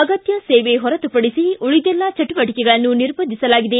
ಅಗತ್ತ ಸೇವೆ ಹೊರತುಪಡಿಸಿ ಉಳಿದೆಲ್ಲ ಚಟುವಟಕೆಗಳನ್ನು ನಿರ್ಬಂಧಿಸಲಾಗಿದೆ